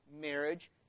marriage